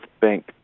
bank